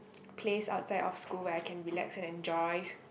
place outside of school where I can relax and enjoys